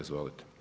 Izvolite.